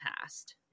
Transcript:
past